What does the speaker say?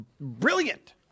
brilliant